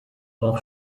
auch